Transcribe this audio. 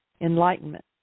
enlightenment